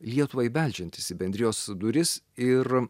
lietuvai beldžiantis į bendrijos duris ir